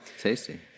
Tasty